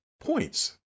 points